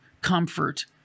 comfort